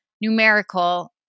numerical